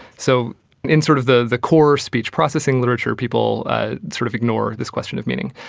so in sort of the the core speech processing literature, people ah sort of ignore this question of meaning.